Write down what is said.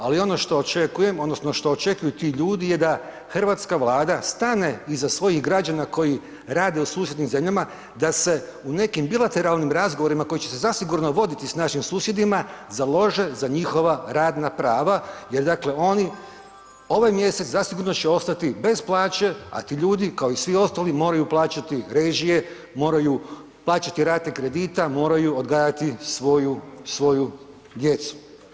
Ali ono što očekujem odnosno očekuju ti ljudi je da hrvatska Vlada stane iza svojih građana koji rade u susjednim zemljama da se u nekim bilateralnim razgovorima koji će se zasigurno voditi s našim susjedima, založe za njihova radna prava jer dakle, oni ovaj mjesec zasigurno će ostati bez plaće, a ti ljudi kao i svi ostali moraju plaćati režije, moraju plaćati rate kredita, moraju odgajati svoju, svoju djecu.